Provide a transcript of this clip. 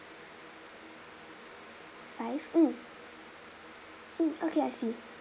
five mm mm okay I see